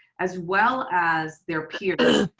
as well as their peers.